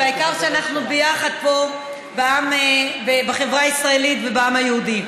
והעיקר שאנחנו ביחד פה בחברה הישראלית ובעם היהודי.